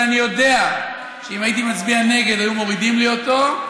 ואני יודע שאם אני הייתי מצביע נגד היו מורידים לי אותו,